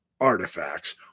artifacts